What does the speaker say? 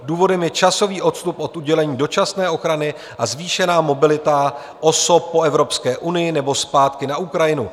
Důvodem je časový odstup od udělení dočasné ochrany a zvýšená mobilita osob po Evropské unii nebo zpátky na Ukrajinu.